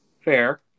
Fair